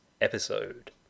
episode